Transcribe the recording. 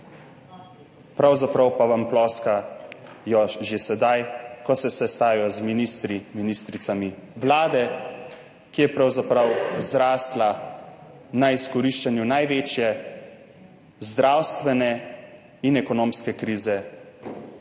pravzaprav pa vam ploskajo že sedaj, ko se sestajajo z ministri, ministricami vlade, ki je pravzaprav zrasla na izkoriščanju največje zdravstvene in ekonomske krize po